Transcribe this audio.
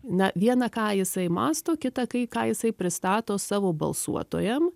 na vieną ką jisai mąsto kitą kai ką jisai pristato savo balsuotojam